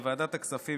בוועדת הכספים,